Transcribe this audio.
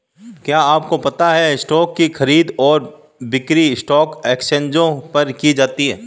क्या आपको पता है स्टॉक की खरीद और बिक्री स्टॉक एक्सचेंजों पर की जाती है?